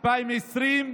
2020,